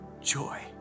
joy